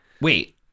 wait